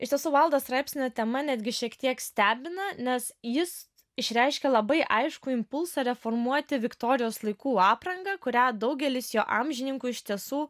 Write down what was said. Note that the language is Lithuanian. iš tiesų vaildo straipsnio tema netgi šiek tiek stebina nes jis išreiškia labai aiškų impulsą reformuoti viktorijos laikų aprangą kurią daugelis jo amžininkų iš tiesų